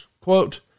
quote